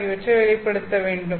ஆகியவற்றை வெளிப்படுத்த வேண்டும்